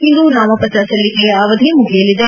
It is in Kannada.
ಇಂದು ನಾಮಪತ್ರ ಸಲ್ಲಿಕೆಯ ಅವಧಿ ಮುಗಿಯಲಿದೆ